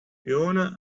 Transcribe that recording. fiona